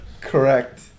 Correct